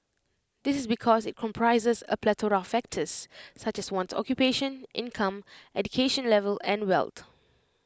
this is because IT comprises A plethora of factors such as one's occupation income education level and wealth